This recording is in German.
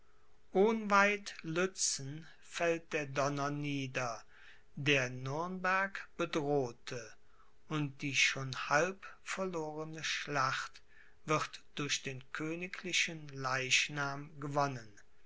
ohnweit lützen fällt der donner nieder der nürnberg bedrohte und die schon halb verlorne schlacht wird durch den königlichen leichnam gewonnen